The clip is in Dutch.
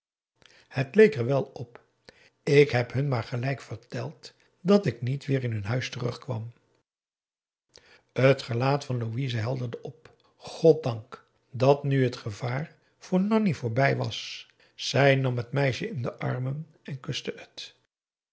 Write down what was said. het leek er wel op ik heb hun maar tegelijk verteld dat ik niet weer in hun huis terugkwam p a daum hoe hij raad van indië werd onder ps maurits het gelaat van louise helderde op goddank dat nu het gevaar voor nanni voorbij was zij nam het meisje in de armen en kuste het